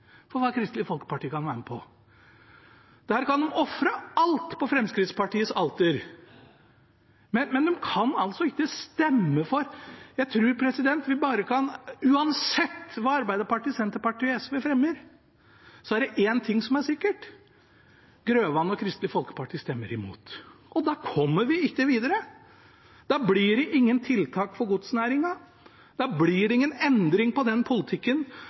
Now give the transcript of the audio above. for hva Kristelig Folkeparti kan være med på. Der kan de ofre alt på Fremskrittspartiets alter, men de kan altså ikke stemme for. Uansett hva Arbeiderpartiet, Senterpartiet og SV fremmer, er det en ting som er sikkert: Grøvan og Kristelig Folkeparti stemmer imot. Da kommer vi ikke videre. Da blir det ingen tiltak for godsnæringen. Da blir det ingen endring på den politikken